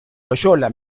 loyola